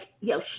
yo